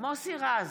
מוסי רז,